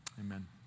Amen